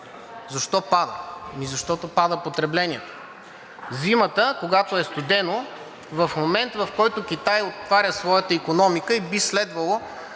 Защо пада? Защото пада потреблението. Зимата, когато е студено, в момент, в който Китай отваря своята икономика и би следвало